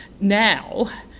Now